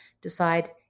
decide